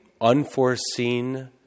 unforeseen